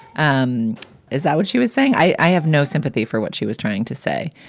um is that what she was saying? i have no sympathy for what she was trying to say.